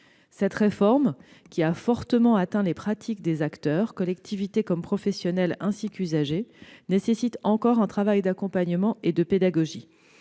Cette réforme, qui a fortement affecté les pratiques des acteurs- collectivités, professionnels, usagers -, nécessite encore un travail d'accompagnement et de pédagogie.